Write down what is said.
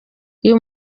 uyu